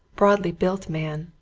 broadly built man,